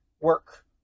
work